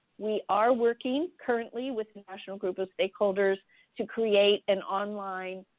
we are working currently with a national group of stakeholders to create an online